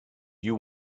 you